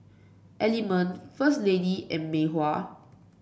Element First Lady and Mei Hua